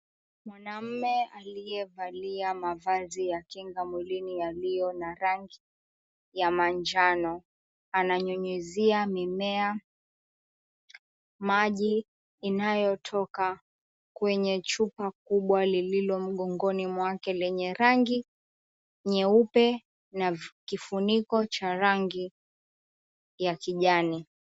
Mwanaume aliyevalia mavazi ya kinga mwilini yaliyo na rangi ya manjano ananyunyuzia mimea maji inayotoka kwenye chupa kubwa lililo mgongoni mwake lenye rangi nyeupe na kifuniko cha rangi ya kijani.